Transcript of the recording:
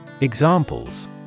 Examples